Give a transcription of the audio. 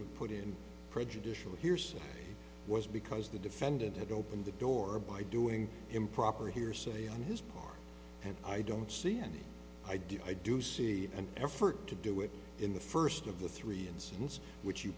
put in prejudicial here's was because the defendant had opened the door by doing improper hearsay on his part and i don't see any idea i do see an effort to do it in the first of the three incidents which you